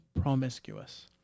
promiscuous